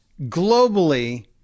globally